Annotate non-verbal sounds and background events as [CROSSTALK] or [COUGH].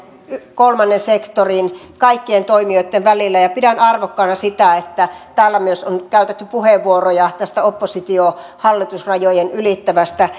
kolmannen sektorin kaikkien toimijoitten välillä ja pidän arvokkaana sitä että täällä on myös käytetty puheenvuoroja oppositio hallitusrajojen ylittävästä [UNINTELLIGIBLE]